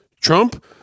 Trump